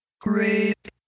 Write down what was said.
Great